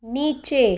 नीचे